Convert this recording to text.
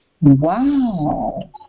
Wow